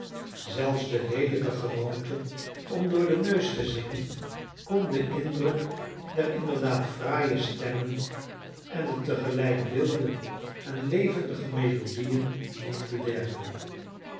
zelfs de leelijke gewoonte om door den neus te zingen kon den indruk der inderdaad fraaie stemmen en der tegelijk wilde en levendige melodiën niet bederven